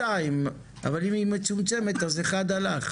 שתיים, אז אם היא מצומצמת אז אחד הלך,